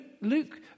Luke